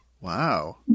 Wow